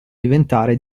diventare